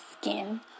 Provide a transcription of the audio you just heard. Skin